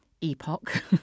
epoch